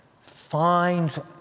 Find